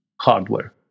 hardware